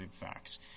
facts